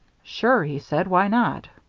sure, he said. why not?